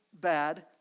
bad